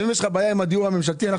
אם יש לך בעיה עם הדיור הממשלתי אנחנו